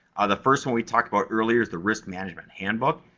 the first one we talked about earlier is the risk management handbook.